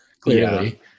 clearly